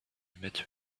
met